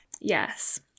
Yes